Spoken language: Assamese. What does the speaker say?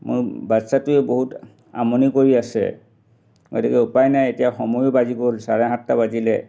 মোৰ বাচ্ছাটোৱে বহুত আমনি কৰি আছে গতিকে উপায় নাই এতিয়া সময়ো বাজি গ'ল চাৰে সাতটা বাজিলে